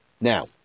Now